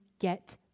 get